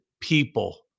people